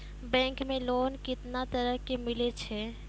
Bank मे loan कैतना तरह के मिलै छै?